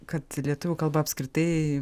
kad lietuvių kalba apskritai